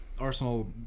Arsenal